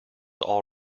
all